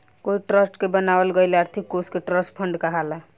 कोई ट्रस्ट के बनावल गईल आर्थिक कोष के ट्रस्ट फंड कहाला